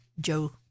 Joe